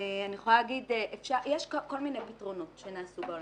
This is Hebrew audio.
יש כל מיני פתרונות שנעשו בעולם.